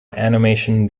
animation